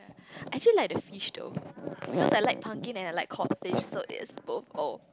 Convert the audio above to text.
I actually like the fish though cause I like pumpkin and I like cod fish so it's both oh